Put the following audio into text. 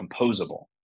composable